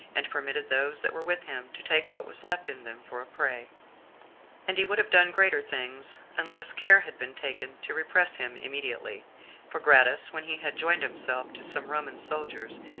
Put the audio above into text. and permitted those that were with him to take what was left in them for a prey and he would have done greater things, unless care had been taken to repress him immediately for gratus, when he had joined himself to some roman soldiers,